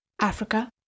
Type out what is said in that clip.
Africa